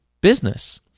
business